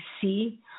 see